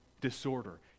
disorder